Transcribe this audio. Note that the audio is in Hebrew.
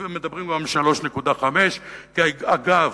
מדברים גם על 3.5%. אגב,